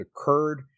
occurred